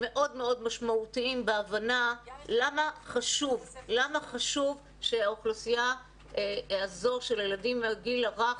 שמאוד מאוד משמעותיים בהבנה למה חשוב שהאוכלוסייה הזו של הגיל הרך,